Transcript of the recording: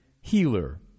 healer